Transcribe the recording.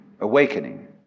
awakening